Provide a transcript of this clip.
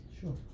Sure